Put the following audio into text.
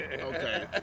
Okay